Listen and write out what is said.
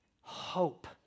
hope